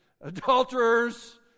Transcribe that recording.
adulterers